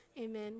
amen